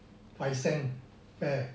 five cent fare